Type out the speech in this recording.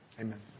Amen